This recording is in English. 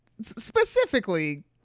specifically